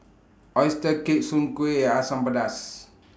Oyster Cake Soon Kueh and Asam Pedas